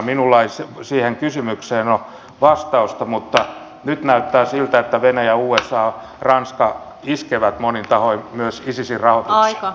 minulla ei siihen kysymykseen ole vastausta mutta nyt näyttää siltä että venäjä usa ranska iskevät monin tahoin myös isisin rahoitukseen